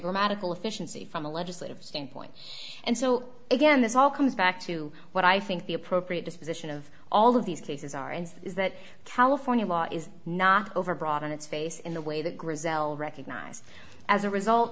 grammatical efficiency from a legislative standpoint and so again this all comes back to what i think the appropriate disposition of all of these cases are and is that california law is not overbroad on its face in the way that grizel recognized as a result